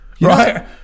Right